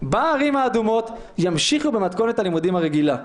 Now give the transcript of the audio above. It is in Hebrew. בערים האדומות ימשיכו במתכונת הלימודים הרגילה.